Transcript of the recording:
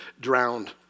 drowned